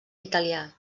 italià